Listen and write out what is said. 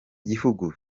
gihugu